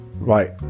right